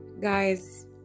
guys